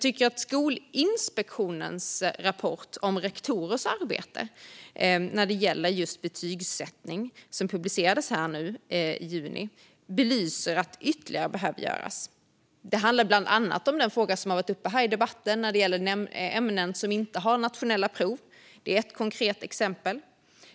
I Skolinspektionens rapport om rektorers arbete när det gäller just betygsättning, vilken publicerades i juni, belyser man att ytterligare saker behöver göras. Det handlar bland annat om den fråga som har varit uppe här i debatten när det gäller ämnen som inte har nationella prov. Det är ett konkret exempel.